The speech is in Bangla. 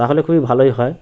তাহলে খুবই ভালোই হয়